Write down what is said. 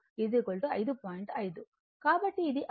కాబట్టి ఇది 5